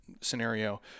scenario